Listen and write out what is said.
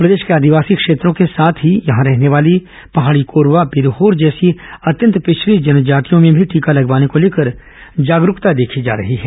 प्रदेश के आदिवासी क्षेत्रों को साथ ही यहां रहने वाली पहाड़ी कोरवा बिरहोर जैसी अत्यंत पिछड़ी जन जातियों में भी टीका लगवाने को लेकर जागरुकता देखी जा रही है